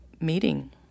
meeting